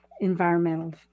environmental